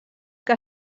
que